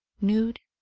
nude,